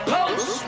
Post